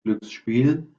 glücksspiel